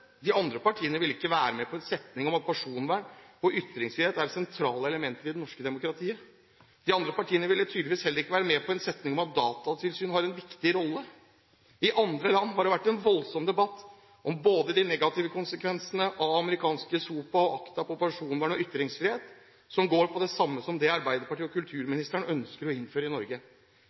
De andre partiene ville ikke være med på en setning om at personvern og ytringsfrihet er sentrale elementer i det norske demokratiet. De andre partiene ville tydeligvis heller ikke være med på en setning om at Datatilsynet har en viktig rolle. I andre land har det vært en voldsom debatt om de negative konsekvensene av amerikanske SOPA og ACTA på både personvern og ytringsfrihet, som går på det samme som det Arbeiderpartiet og kulturministeren ønsker å innføre i Norge.